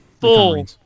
Full